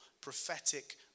prophetic